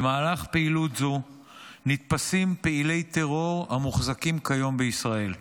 במהלך פעילות זו נתפסים פעילי טרור ומוחזקים כיום בישראל.